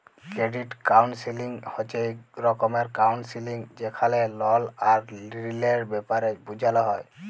credit counselling হছে ইক রকমের কাউল্সেলিং যেখালে লল আর ঋলের ব্যাপারে বুঝাল হ্যয়